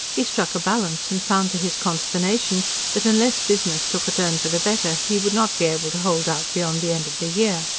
he struck a balance, and found to his consternation that, unless business took a turn for the better, he would not be able to hold out beyond the end of the year.